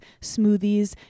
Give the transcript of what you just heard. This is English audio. smoothies